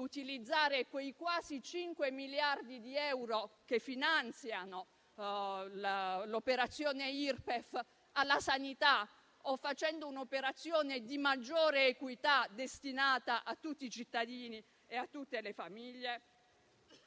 utilizzare quei quasi cinque miliardi di euro che finanziano l'operazione Irpef per la sanità, o facendo un'operazione di maggiore equità destinata a tutti i cittadini e a tutte le famiglie?